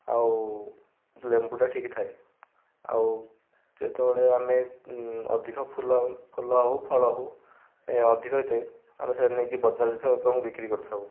ଆଉ ଲେମ୍ବୁଟା ଠିକ୍ ଥାଏ ଆଉ ଯେତେବେଳେ ଆମେ ଅଧିକ ଫୁଲ ଫୁଲ ହଉ ଫଳ ହଉ ଅଧିକ ହେଇଥାଏ ଆମେ ସେଇଟା ନେଇକି ବଜାର ଦେଇଥାଉ ଏବଂ ବିକ୍ରି କରିଥାଉ